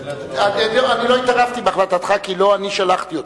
אני לא התערבתי בהחלטתך, כי לא אני שלחתי אותך.